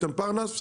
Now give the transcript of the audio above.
איתן פרנס,